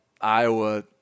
Iowa